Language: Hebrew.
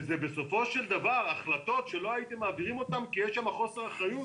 ואלה בסופו של דבר החלטות שלא הייתם מעבירים אותן כי יש שם חוסר אחריות?